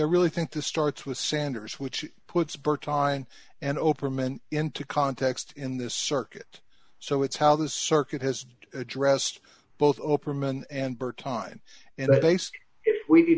i really think this starts with sanders which puts part time and over men into context in this circuit so it's how the circuit has addressed both oprah men and birth time and